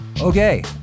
Okay